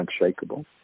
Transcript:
unshakable